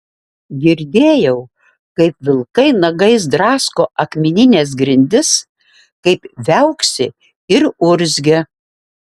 girdėjau kaip vilkai nagais drasko akmenines grindis kaip viauksi ir urzgia